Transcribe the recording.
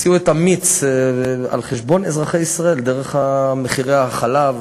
הוציאו את המיץ על-חשבון אזרחי ישראל דרך מחירי החלב,